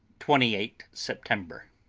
twenty eight september.